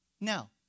Now